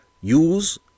use